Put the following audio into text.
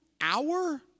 hour